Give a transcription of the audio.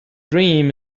dream